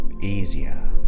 easier